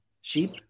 sheep